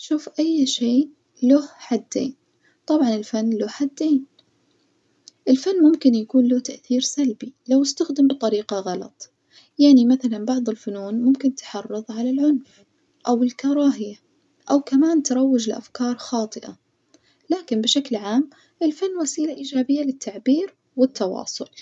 شوف أي شي له حدين، طبعاً الفن له حدين الفن ممكن يكون له تأثير سلبي لو استخدم بطريقة غلط يعني مثلًا بعض الفنون ممكن تحرض على العنف أو الكراهية أو كمان تروج لأفكار خاطئة، لكن بشكل عام الفن وسيلة للتعبير والتواصل.